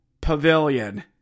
Pavilion